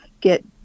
get